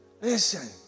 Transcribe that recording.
listen